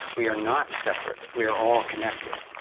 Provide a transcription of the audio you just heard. we are not separate we are all connected.